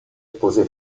pose